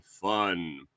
fun